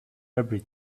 every